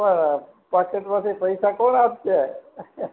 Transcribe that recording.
હા પણ પાકિટમાંથી પૈસા કોણ આપશે